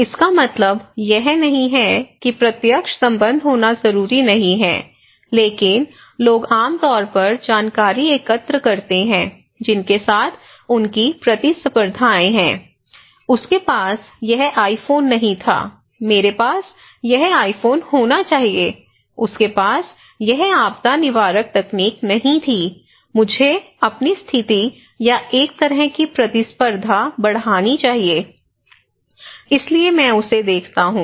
इसका मतलब यह नहीं है कि प्रत्यक्ष संबंध होना जरूरी नहीं है लेकिन लोग आम तौर पर जानकारी एकत्र करते हैं जिनके साथ उनकी प्रतिस्पर्धाएं हैं उसके पास यह आईफोन नहीं था मेरे पास यह आईफोन होना चाहिए उसके पास यह आपदा निवारक तकनीक नहीं थी मुझे अपनी स्थिति या एक तरह की प्रतिस्पर्धा बढ़ानी चाहिए इसलिए मैं उसे देखता हूं